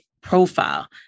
profile